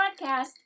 podcast